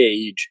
age